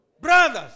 Brothers